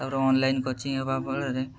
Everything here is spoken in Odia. ତା'ପରେ ଅନ୍ଲାଇନ୍ କୋଚିଂ ହେବା ଫଳରେ